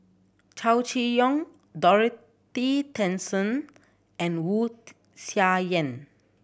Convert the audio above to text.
Chow Chee Yong Dorothy Tessensohn and Wu Tsai Yen